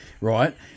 right